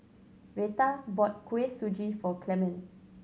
Retta bought Kuih Suji for Clemon